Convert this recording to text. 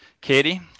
Katie